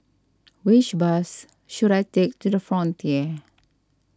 which bus should I take to the Frontier